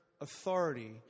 authority